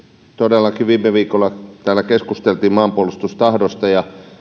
todellakin viime viikolla täällä keskusteltiin maanpuolustustahdosta ja